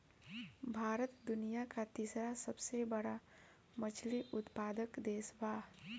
भारत दुनिया का तीसरा सबसे बड़ा मछली उत्पादक देश बा